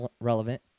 relevant